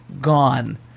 gone